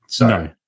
No